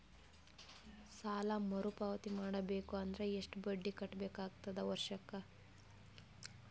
ಸಾಲಾ ಮರು ಪಾವತಿ ಮಾಡಬೇಕು ಅಂದ್ರ ಎಷ್ಟ ಬಡ್ಡಿ ಕಟ್ಟಬೇಕಾಗತದ ವರ್ಷಕ್ಕ?